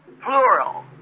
plural